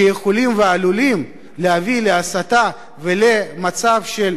שיכולים ועלולים להביא להסתה ולמצב של